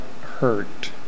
hurt